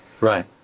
Right